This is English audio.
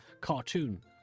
cartoon